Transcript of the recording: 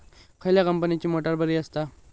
खयल्या कंपनीची मोटार बरी असता?